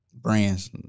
brands